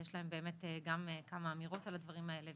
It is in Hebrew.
כי יש להם באמת כמה אמירות על הדברים האלה,